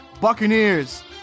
Buccaneers